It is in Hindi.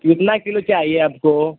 कितना किलो चाहिए आपको